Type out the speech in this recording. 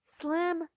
slim